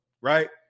right